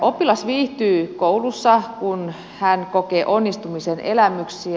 oppilas viihtyy koulussa kun hän kokee onnistumisen elämyksiä